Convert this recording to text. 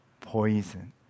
poison